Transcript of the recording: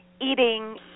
eating